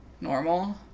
normal